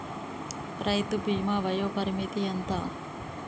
రైతు బీమా వయోపరిమితి ఎంత?